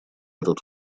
этот